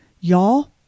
Y'all